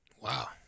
Wow